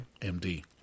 MD